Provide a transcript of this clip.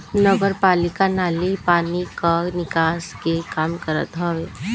नगरपालिका नाली पानी कअ निकास के काम करत हवे